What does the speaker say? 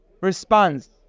response